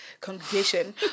congregation